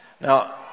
Now